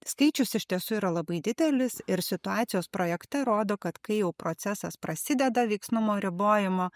skaičius iš tiesų yra labai didelis ir situacijos projekte rodo kad kai jau procesas prasideda veiksnumo ribojimo